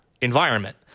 environment